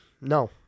No